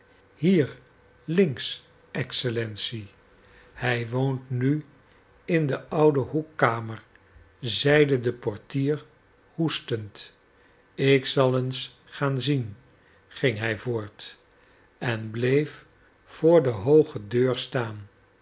hier links excellentie hij woont nu in de oude hoekkamer zeide de portier hoestend ik zal eens gaan zien ging hij voort en bleef voor de hooge deur staan